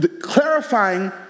Clarifying